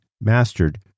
mastered